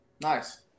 Nice